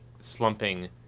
slumping